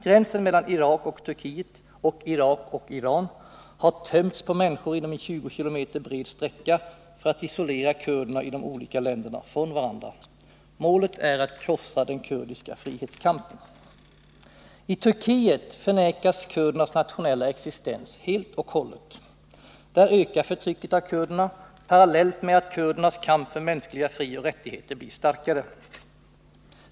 Gränsen mellan Irak och Turkiet och Irak och Iran har tömts på människor inom en tjugo kilometer bred sträcka för att isolera kurderna i de olika länderna från varandra. Målet är att krossa den kurdiska frihetskampen. I Turkiet förnekas kurdernas nationella existens helt och hållet. Där ökar förtrycket av kurderna parallellt med att kurdernas kamp för mänskliga frioch rättigheter blir starkare.